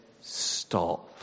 stop